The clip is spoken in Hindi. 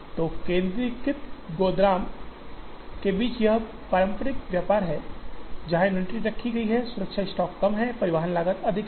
तो केंद्रीयकृत गोदाम के बीच यह पारंपरिक व्यापार है जहां इन्वेंट्री रखी गई है सुरक्षा स्टॉक कम है परिवहन लागत अधिक है